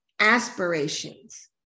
aspirations